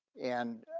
and